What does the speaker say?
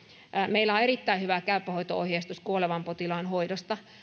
meillä on erittäin hyvä käypä hoito ohjeistus kuolevan potilaan hoidosta